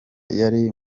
yari